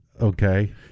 Okay